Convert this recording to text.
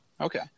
Okay